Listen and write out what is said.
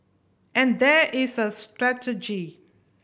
and there is a strategy